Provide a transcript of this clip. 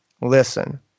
listen